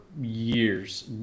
years